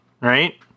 Right